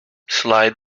slide